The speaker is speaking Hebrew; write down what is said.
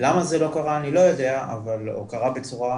למה זה לא קרה אני לא יודע, או קרה בצורה